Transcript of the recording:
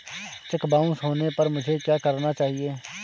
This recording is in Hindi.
चेक बाउंस होने पर मुझे क्या करना चाहिए?